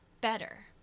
better